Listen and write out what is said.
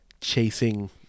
chasing